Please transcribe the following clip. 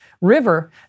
River